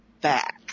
back